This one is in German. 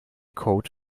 code